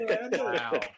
wow